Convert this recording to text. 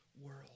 world